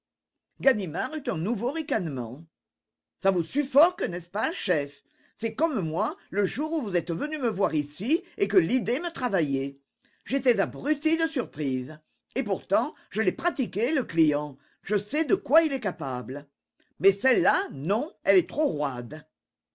ganimard eut un nouveau ricanement ça vous suffoque n'est-ce pas chef c'est comme moi le jour où vous êtes venu me voir ici et que l'idée me travaillait j'étais abruti de surprise et pourtant je l'ai pratiqué le client je sais de quoi il est capable mais celle-là non elle est trop roide